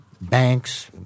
Banks